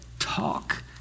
Talk